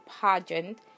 pageant